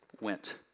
went